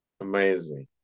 amazing